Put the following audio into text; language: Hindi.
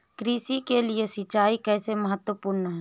कृषि के लिए सिंचाई कैसे महत्वपूर्ण है?